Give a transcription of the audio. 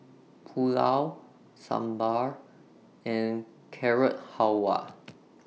Pulao Sambar and Carrot Halwa